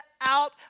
out